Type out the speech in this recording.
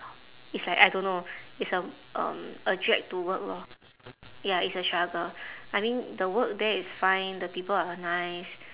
it's like I don't know it's a um a drag to work lor ya it's a struggle I mean the work there is fine the people are nice